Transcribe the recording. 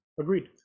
Agreed